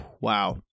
Wow